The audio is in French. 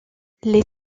les